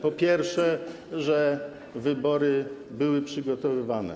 Po pierwsze, że wybory były przygotowywane.